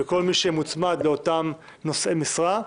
וכל מי שמוצמד לאותם נושאי משרה,